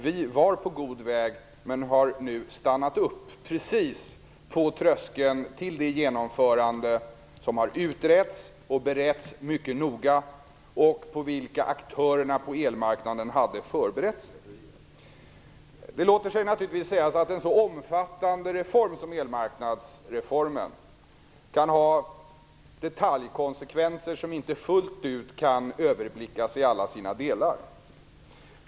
Vi var på god väg men har nu stannat upp, precis på tröskeln till det genomförande som har utretts och beretts mycket noga och på vilket aktörerna på elmarknaden hade förberett sig. Det låter sig naturligtvis sägas att en så omfattande reform som elmarknadsreformen kan ha konsekvenser när det gäller detaljer, som inte fullt ut kan överblickas.